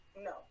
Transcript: no